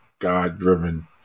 God-driven